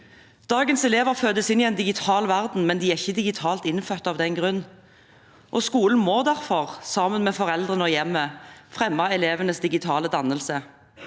Dagens elever fødes inn i en digital verden, men de er ikke digitalt innfødte av den grunn. Skolen må derfor sammen med foreldrene og hjemmet fremme elevenes digitale dannelse.